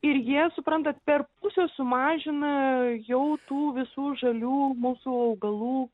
ir jie suprantat per pusę sumažina jau tų visų žalių mūsų augalų